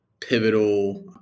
pivotal